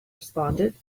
responded